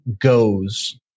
goes